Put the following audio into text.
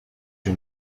you